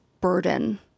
burden